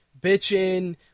Bitching